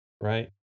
right